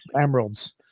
emeralds